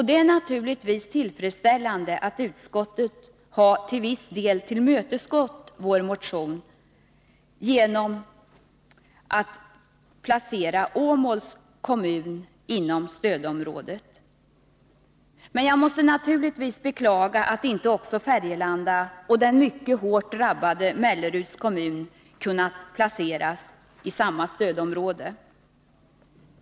Det är naturligtvis tillfredsställande att utskottet till viss del har tillmötesgått vår motion genom att placera Åmåls kommun inom stödområdet. Men jag måste naturligtvis beklaga att inte också Färgelanda och den mycket hårt drabbade Melleruds kommun har kunnat placeras inom samma stödområde.